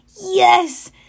Yes